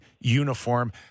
uniform